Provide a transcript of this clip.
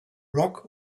rock